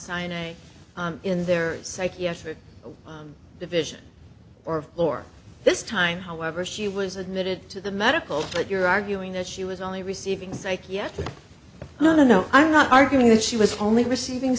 sinai in their psychiatric division or floor this time however she was admitted to the medical but you're arguing that she was only receiving psychiatric oh no i'm not arguing that she was only receiving